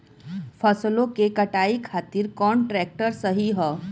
फसलों के कटाई खातिर कौन ट्रैक्टर सही ह?